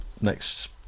next